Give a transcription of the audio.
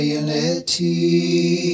unity